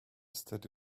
steady